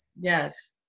Yes